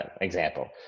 example